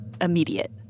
immediate